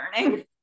learning